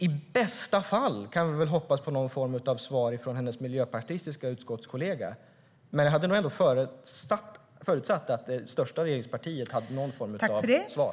I bästa fall kan vi hoppas på någon form av svar från Teres Lindbergs miljöpartistiska utskottskollega. Jag hade nog ändå förutsatt att det största regeringspartiet skulle ha någon sorts svar.